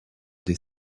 des